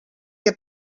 que